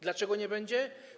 Dlaczego nie będzie?